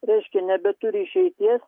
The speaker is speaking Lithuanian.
reiškia nebeturi išeities